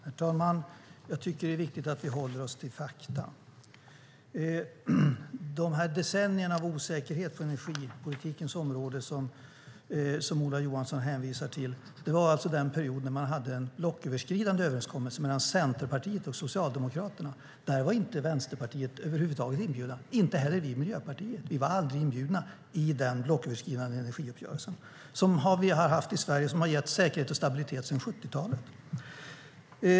Herr talman! Jag tycker att det är viktigt att vi håller oss till fakta. De decennier av osäkerhet på energipolitikens område som Ola Johansson hänvisar till var den period då man hade en blocköverskridande överenskommelse mellan Centerpartiet och Socialdemokraterna. Det här var Vänsterpartiet över huvud taget inte inbjudet, inte heller Miljöpartiet. Vi var aldrig inbjudna i den blocköverskridande energiuppgörelse som vi har haft i Sverige och som har gett säkerhet och stabilitet sedan 70-talet.